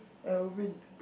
Alvin